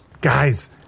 Guys